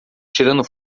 tirando